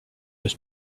was